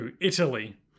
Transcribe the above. Italy